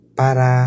para